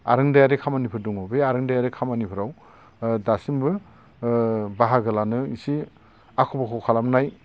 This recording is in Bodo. आरोंदायारि खामानिफोर दङ बे आरोंदायारि खामानिफ्राव ओ दासिमबो ओ बाहागो लानो इसे आख' फाख' खालामनाय